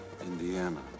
Indiana